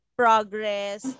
progress